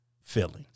feelings